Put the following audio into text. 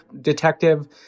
detective